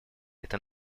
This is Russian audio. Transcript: это